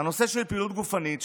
הנושא של פעילות גופנית,